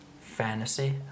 fantasy